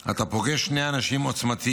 אתה פוגש שתי נשים עוצמתיות,